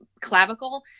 clavicle